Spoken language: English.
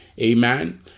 amen